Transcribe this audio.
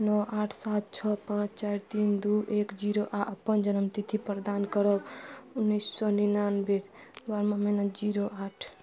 नओ आठ सात छओ पाँच चारि तीन दुइ एक जीरो आओर अपन जनमतिथि प्रदान करब उनैस सओ निनानवे बारहमा महिना जीरो आठ